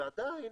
ועדיין